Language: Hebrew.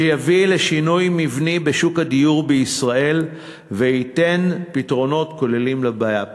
שיביא לשינוי מבני בשוק הדיור בישראל וייתן פתרונות כוללים לבעיה.